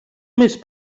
més